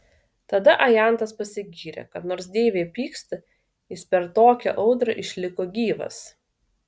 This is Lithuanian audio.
tada ajantas pasigyrė kad nors deivė pyksta jis per tokią audrą išliko gyvas